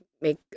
make